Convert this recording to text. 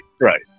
right